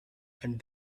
and